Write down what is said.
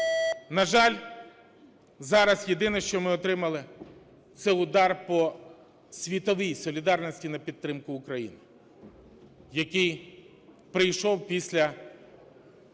На жаль, зараз єдине, що ми отримали, – це удар по світовій солідарності на підтримку України, який прийшов після